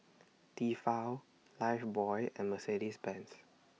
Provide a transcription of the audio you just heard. Tefal Lifebuoy and Mercedes Benz